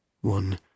one